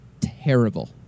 terrible